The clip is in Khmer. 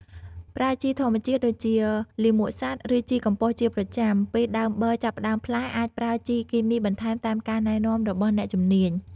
ប្រើជីធម្មជាតិដូចជាលាមកសត្វឬជីកំប៉ុស្តជាប្រចាំ ពេលដើមបឺរចាប់ផ្ដើមផ្លែ អាចប្រើជីគីមីបន្ថែមតាមការណែនាំរបស់អ្នកជំនាញ។